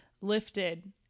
lifted